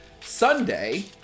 Sunday